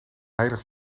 heilig